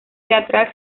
teatral